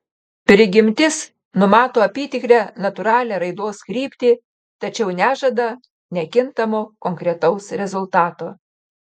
prigimtis numato apytikrę natūralią raidos kryptį tačiau nežada nekintamo konkretaus rezultato